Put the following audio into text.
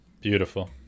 Beautiful